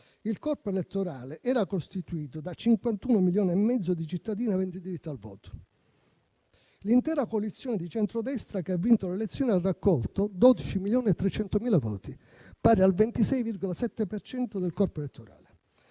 il corpo elettorale era costituito da 51,5 milioni di cittadini aventi diritto al voto. L'intera coalizione di centrodestra che ha vinto le elezioni ha raccolto 12,3 milioni di voti, pari al 26,7 per cento del corpo elettorale.